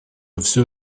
все